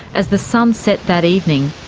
as the sun set that evening,